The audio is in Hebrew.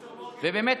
ובאמת,